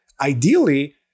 ideally